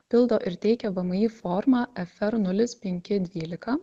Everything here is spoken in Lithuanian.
pildo ir teikia vmi formą fr nulis penki dvylika